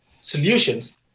solutions